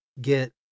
get